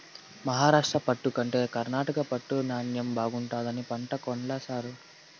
మహారాష్ట్ర పట్టు కంటే కర్ణాటక రాష్ట్ర పట్టు నాణ్ణెం బాగుండాదని పంటే కొన్ల సారూ